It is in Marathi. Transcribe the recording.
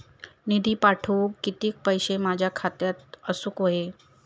निधी पाठवुक किती पैशे माझ्या खात्यात असुक व्हाये?